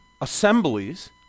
Assemblies